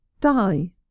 die